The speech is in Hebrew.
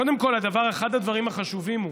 קודם כול, אחד הדברים החשובים הוא,